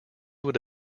would